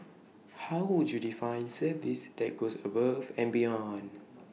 how would you define service that goes above and beyond